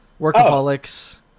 Workaholics